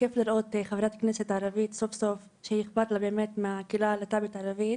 כיף לראות חברת כנסת ערבייה סוף סוף שאכפת לה מהקהילה הלהט"בית הערבית,